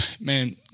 man